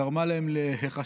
גרמה להם להיחשד